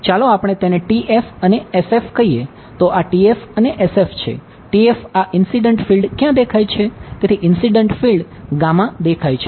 તો જે બન્યું તે ઇન્સીડંટ દેખાય છે